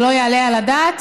זה לא יעלה על הדעת.